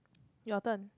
your turn